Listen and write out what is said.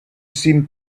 seemed